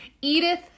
Edith